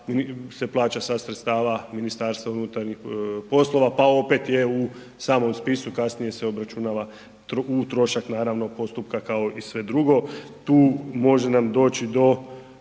se plaća sa sredstava MUP-a, pa opet je u samom spisu kasnije se obračunava u trošak postupka kao i sve drugo. Tu može nam doći do